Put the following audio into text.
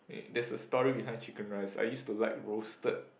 there's a story behind chicken rice I used to like roasted